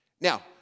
Now